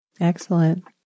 Excellent